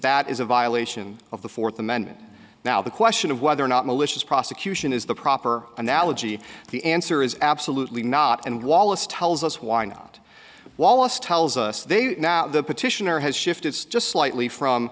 that is a violation of the fourth amendment now the question of whether or not malicious prosecution is the proper analogy the answer is absolutely not and wallace tells us why not wallace tells us they now the petitioner has shifted just slightly from